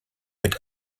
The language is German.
mit